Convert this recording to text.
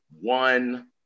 one